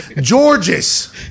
George's